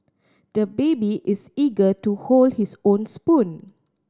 the baby is eager to hold his own spoon